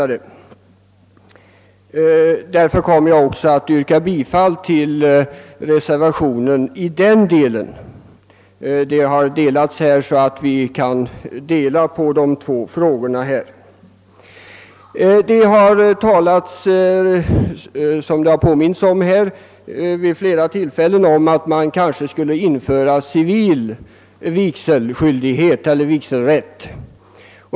Därför kommer jag att yrka bifall till reservationen i den delen. Vi har genom den stencil som delats i kammaren möjlighet att ställa olika yrkanden i de båda frågor det här gäller. Som här har påpekats har det vid flera tillfällen föreslagits att man skulle införa civil vigselskyldighet eller vigselrätt.